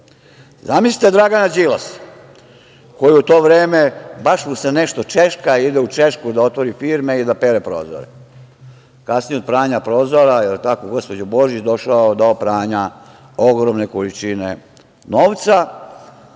Zamislite Dragana Đilasa koji u to vreme baš mu se nešto češka, ide u Češku da otvori firme i da pere prozore. Kasnije od pranja prozora, jel tako gospođo Božić je došao do pranja ogromne količine novca,